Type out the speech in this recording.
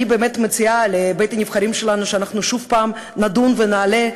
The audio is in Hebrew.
אני באמת מציעה לבית-הנבחרים שלנו שאנחנו שוב נדון ונעלה,